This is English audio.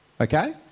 Okay